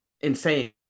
insane